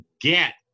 get